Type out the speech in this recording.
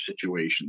situation